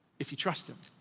if you trust him,